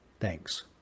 thanks